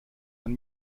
ein